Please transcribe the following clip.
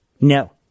No